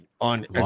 on